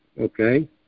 okay